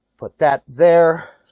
put that there.